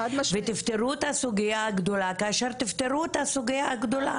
ותפתרו את הסוגייה הגדולה כאשר תפתרו את הסוגייה הגדולה.